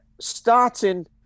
starting